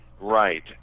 Right